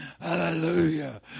Hallelujah